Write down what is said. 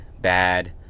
bad